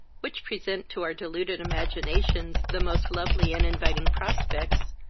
which present to our deluded imaginations the most lovely and inviting prospects,